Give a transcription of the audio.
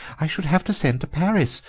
i should have to send to paris,